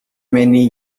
many